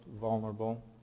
vulnerable